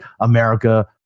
America